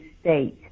state